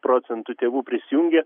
procentų tėvų prisijungė